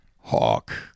hawk